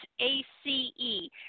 A-C-E